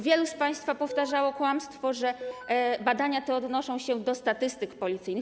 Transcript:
Wielu z państwa powtarzało kłamstwo, że badania te odnoszą się do statystyk policyjnych.